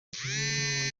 wajyanwe